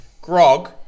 Grog